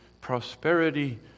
prosperity